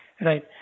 Right